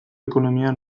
ekonomia